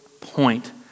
point